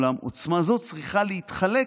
אולם עוצמה זאת צריכה להתחלק